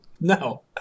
No